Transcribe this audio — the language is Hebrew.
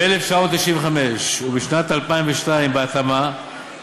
ב-1995 וב-2002 בהתאמה,